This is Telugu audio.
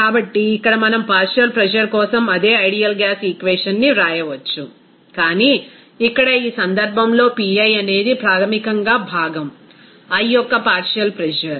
కాబట్టి ఇక్కడ మనం పార్షియల్ ప్రెజర్ కోసం అదే ఐడియల్ గ్యాస్ ఈక్వేషన్ ని వ్రాయవచ్చు కానీ ఇక్కడ ఈ సందర్భంలో Pi అనేది ప్రాథమికంగా భాగం i యొక్క పార్షియల్ ప్రెజర్